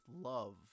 love